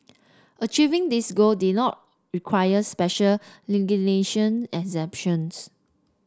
achieving these goal do not require special legislation exemptions